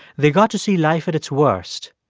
they got to see life at its worst,